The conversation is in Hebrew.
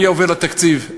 אני עובר לתקציב,